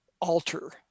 Alter